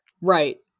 Right